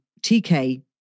TK